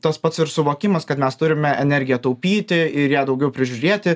tas pats ir suvokimas kad mes turime energiją taupyti ir ją daugiau prižiūrėti